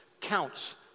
counts